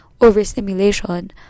overstimulation